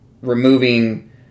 Removing